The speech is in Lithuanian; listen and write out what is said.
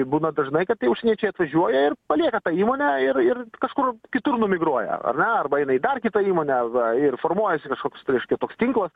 būna dažnai kad tie užsieniečiai atvažiuoja ir palieka tą įmonę ir ir kažkur kitur numigruoja ar ne arba eina į dar kitą įmonę va ir formuojasi kažkoks tai reiškia toks tinklas